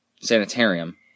sanitarium